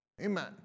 Amen